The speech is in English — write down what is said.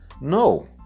No